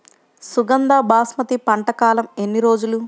సుగంధ బాస్మతి పంట కాలం ఎన్ని రోజులు?